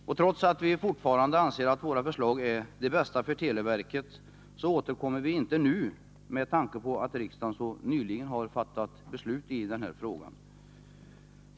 Men trots att vi fortfarande anser att våra förslag är de bästa för televerket återkommer vi inte nu, med tanke på att riksdagen så nyligen har fattat beslut i dessa frågor.